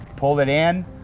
pull it in,